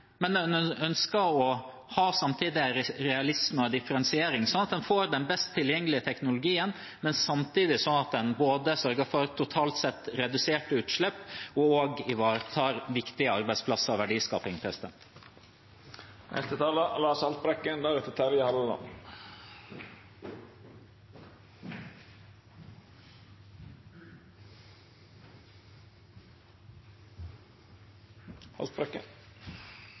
men en ønsker samtidig å ha en realisme og en differensiering, slik at en får den best tilgjengelige teknologien, men samtidig slik at en totalt sett sørger for reduserte utslipp og ivaretar viktige arbeidsplasser og verdiskaping.